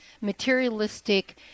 materialistic